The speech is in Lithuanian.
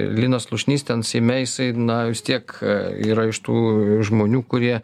linas slušnys ten seime jisai na vis tiek yra iš tų žmonių kurie